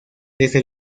desde